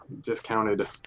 discounted